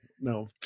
no